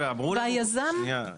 שנייה,